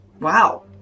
Wow